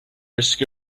risk